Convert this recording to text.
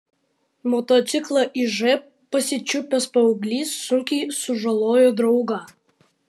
motociklą iž pasičiupęs paauglys sunkiai sužalojo draugą